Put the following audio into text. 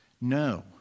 No